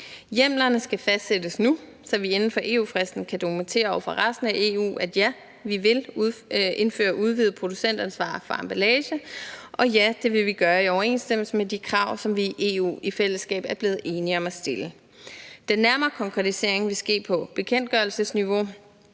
Hjemlerne skal fastsættes nu, så vi inden for EU-fristen kan dokumentere over for resten af EU, at vi vil indføre udvidet producentansvar for emballage, og at vi vil gøre det i overensstemmelse med de krav, som vi i EU i fællesskab er blevet enige om at stille. Den nærmere konkretisering vil ske på bekendtgørelsesniveau,